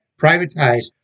privatized